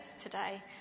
today